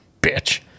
bitch